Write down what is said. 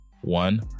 One